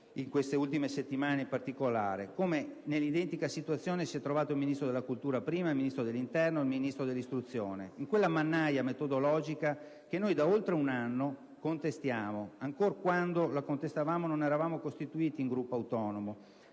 nelle ultime settimane in particolare, nell'identica situazione si sono trovati il Ministro della cultura, il Ministro dell'interno e il Ministro dell'istruzione, in quella mannaia metodologica che noi da oltre un anno contestiamo, quando ancora non eravamo costituiti in Gruppo autonomo,